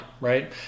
right